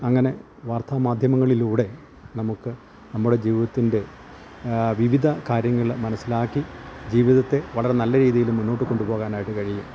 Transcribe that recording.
അങ്ങനെ വാർത്താമാധ്യമങ്ങളിലൂടെ നമുക്ക് നമ്മുടെ ജീവിതത്തിൻ്റെ വിവിധ കാര്യങ്ങള് മനസ്സിലാക്കി ജീവിതത്തെ വളരെ നല്ല രീതിയില് മുന്നോട്ട് കൊണ്ടു പോകാനായിട്ട് കഴിയും